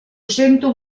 sento